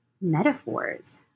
metaphors